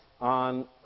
on